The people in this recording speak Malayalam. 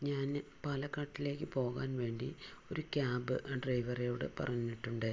ഞാൻ പാലക്കാട്ടിലേക്ക് പോകാൻ വേണ്ടി ഒരു ക്യാബ് ഡ്രൈവറോട് പറഞ്ഞിട്ടുണ്ട്